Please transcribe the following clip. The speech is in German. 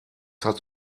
hat